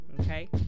Okay